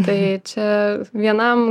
tai čia vienam